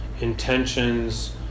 Intentions